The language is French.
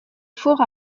four